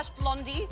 Blondie